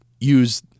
use